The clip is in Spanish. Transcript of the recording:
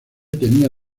tenía